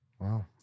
Wow